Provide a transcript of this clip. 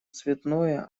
цветное